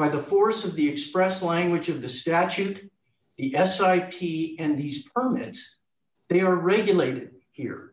by the force of the express language of the statute yes ip and these permits they are regulated here